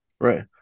Right